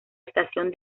estación